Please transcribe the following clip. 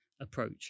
approach